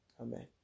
Amen